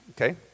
Okay